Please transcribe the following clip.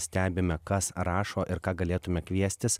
stebime kas rašo ir ką galėtume kviestis